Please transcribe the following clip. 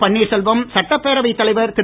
பன்னீர்செல்வம் சட்டப்பேரவைத் தலைவர் திரு